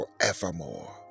forevermore